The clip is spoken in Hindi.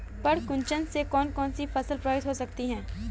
पर्ण कुंचन से कौन कौन सी फसल प्रभावित हो सकती है?